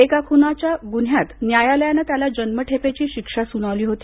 एका खूनाच्या गुन्हयात न्यायालयानं त्याला जन्मठेपेची शिक्षा सुनावली होती